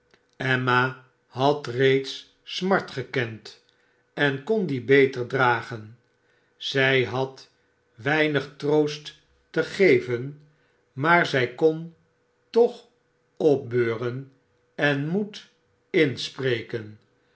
emma had reeds smart gekend en kon die beter dragen zij had weinig troost te geven maar zij kon toch opbeuren en moed inspreken